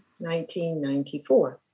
1994